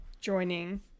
joining